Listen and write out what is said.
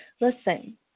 listen